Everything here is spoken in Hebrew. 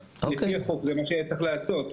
לפי החוק זה מה שיהיה צריך לעשות.